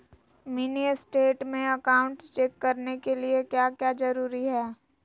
Mini state में account check करने के लिए क्या क्या जरूरी है?